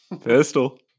Pistol